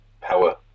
power